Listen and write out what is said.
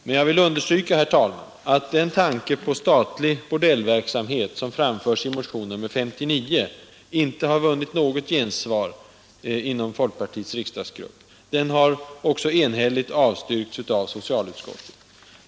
Men jag vill understryka, herr talman, att den tanke på statlig bordellverksamhet som framförs i motionen 59 inte vunnit något gensvar inom folkpartiets riksdagsgrupp. Den har också enhälligt avstyrkts av socialutskottet.